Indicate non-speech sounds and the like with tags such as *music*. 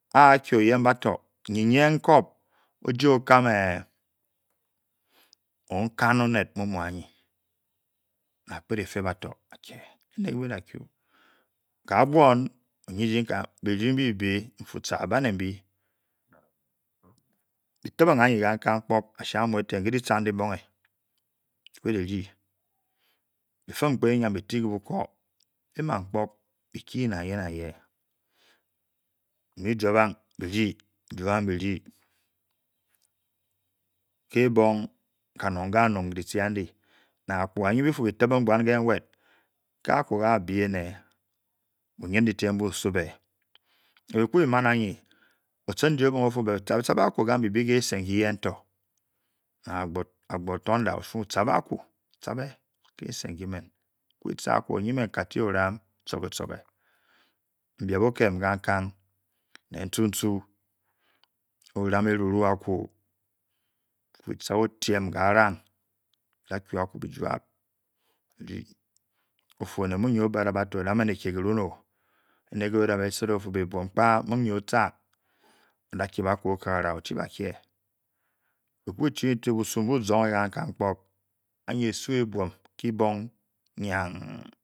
Ah hei oyen bator *hesitation* oye yen nkup o-je okam ph! *hesitation* okan onel nuni mou ayen *hesitation* a phele pē batar ba ku ika bun o-ye ji bading babe ga bun be tempin inye le la tan le bong e *hesitation* be phele de ba pem pko ayam be ti le boku be pkele di eman be key be mu jabong be di be di ke na ka nor ka wu le ti dudi na aptorka inye ba fu bē tepung bian le mued *hesitation* often je otur ofu ge be aphagel be bē kese nko ge man thunder ofu ta be oye men ba te okun turbe torbe ofu onel mu okia ba tor bolin oh ne ga fu be bivapka nye ofur oba kei ba tor tur okakala anye asu a bem kepung yeng